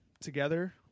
together